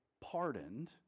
pardoned